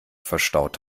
verstaut